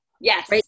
Yes